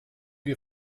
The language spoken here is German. wir